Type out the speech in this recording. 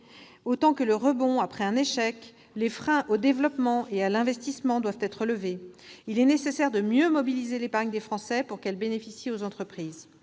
autant que le rebond après un échec, les freins au développement et à l'investissement doivent être levés. Il est nécessaire de mieux mobiliser l'épargne des Français, pour qu'elle bénéficie aux entreprises.